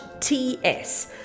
TS